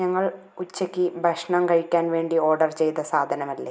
ഞങ്ങൾ ഉച്ചയ്ക്ക് ഭക്ഷണം കഴിക്കാൻ വേണ്ടി ഓർഡർ ചെയ്ത സാധനമല്ലേ